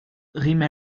rime